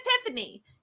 epiphany